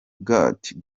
gotye